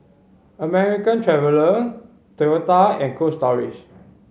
American Traveller Toyota and Cold Storage